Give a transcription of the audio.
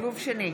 (קוראת בשמות חברי הכנסת)